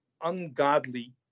ungodly